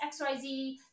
XYZ